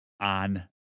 on